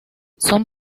son